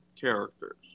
characters